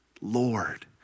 Lord